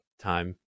time